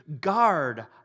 guard